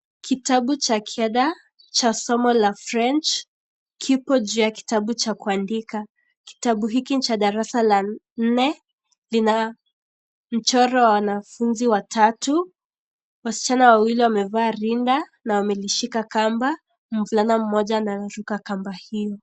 Kitabu cha kiada cha somo la french kipo juu ya kitabu cha kuandika. Kitabu hiki ni cha darasa la nne lina mchoro wa wanfunzi watatu; wasichana wawili wamevaa rinda na wamelishika kamba mvulana mmoja anaruka kamba hiyo.